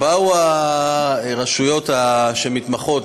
באו הרשויות שמתמחות,